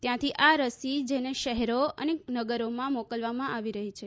ત્યાંથી આ રસી જેને શહેરો અને નગરોમાં મોકલવામાં આવી રહી છે